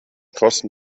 kosten